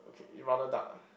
okay rather duck ah